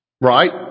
right